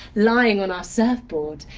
lying on our surfboard.